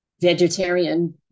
vegetarian